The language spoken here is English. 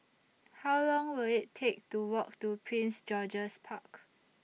How Long Will IT Take to Walk to Prince George's Park